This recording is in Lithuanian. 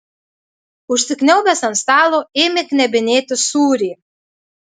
užsikniaubęs ant stalo ėmė knebinėti sūrį